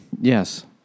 Yes